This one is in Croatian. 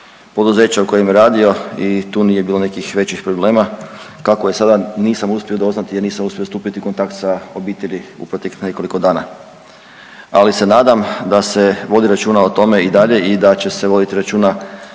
pouzeća u kojem je radio i tu nije bilo nekih većih problema. Kako je sada nisam uspio doznati jer nisam uspio stupiti u kontakt sa obitelji u proteklih nekoliko dana, ali se nadam da se vodi računa o tome i dalje i da će se voditi računa